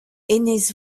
enez